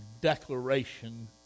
declaration